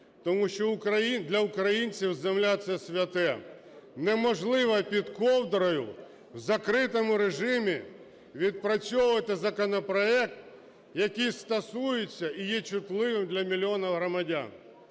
тому що для українців земля – це святе. Неможливо під ковдрою у закритому режимі відпрацьовувати законопроект, який стосується і є чутливим для мільйонів громадян.